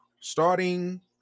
Starting